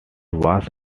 was